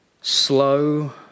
slow